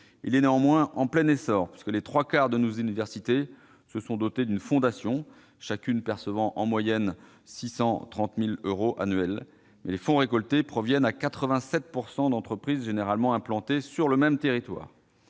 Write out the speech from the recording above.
il est néanmoins en plein essor. Les trois quarts de nos universités se sont dotées d'une fondation, chacune percevant, en moyenne, 630 000 euros annuels. Les fonds récoltés proviennent à 87 % d'entreprises généralement implantées sur le même territoire.